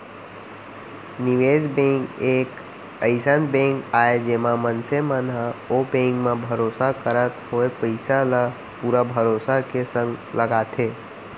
निवेस बेंक एक अइसन बेंक आय जेमा मनसे मन ह ओ बेंक म भरोसा करत होय पइसा ल पुरा भरोसा के संग लगाथे